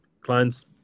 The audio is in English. clients